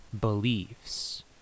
beliefs